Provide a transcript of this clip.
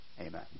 Amen